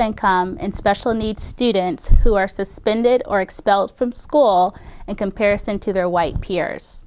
income and special needs students who are suspended or expelled from school and comparison to their white peers